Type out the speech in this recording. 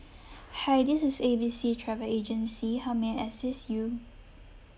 hi this is A B C travel agency how may I assist you